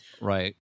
Right